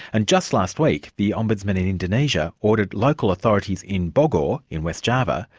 and just last week the ombudsman in indonesia ordered local authorities in bogor, in west java,